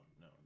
no